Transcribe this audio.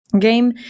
game